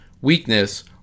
weakness